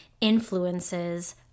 influences